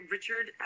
Richard